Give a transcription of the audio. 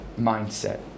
mindset